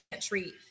treat